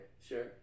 Sure